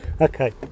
Okay